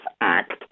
Act